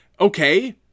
Okay